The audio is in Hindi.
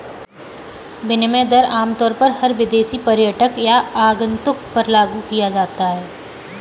विनिमय दर आमतौर पर हर विदेशी पर्यटक या आगन्तुक पर लागू किया जाता है